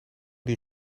die